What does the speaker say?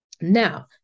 Now